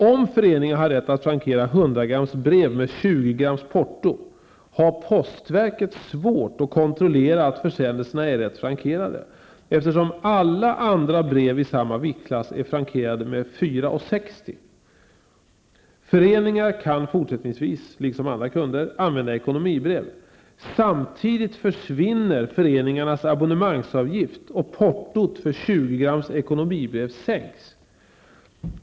Om föreningar har rätt att frankera 100 gr brev med portot för 20 gr brev, har postverket svårt att kontrollera att försändelserna är rätt frankerade, eftersom alla andra brev i samma viktklass är frankerade med 4:60 kr. Föreningar kan fortsättningsvis, liksom andra kunder, använda ekonomibrev. Samtidigt försvinner föreningarnas abonnemangsavgift och portot för 20 gr ekonomibrev sänks.